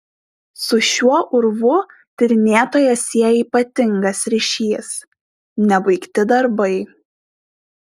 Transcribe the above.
su šiuo urvu tyrinėtoją sieja ypatingas ryšys nebaigti darbai